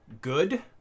good